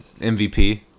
MVP